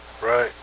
right